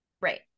Right